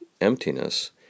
emptiness